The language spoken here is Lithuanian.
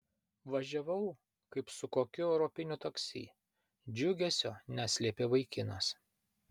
važiavau kaip su kokiu europiniu taksi džiugesio neslėpė vaikinas